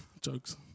jokes